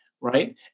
Right